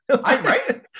Right